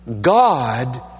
God